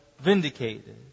vindicated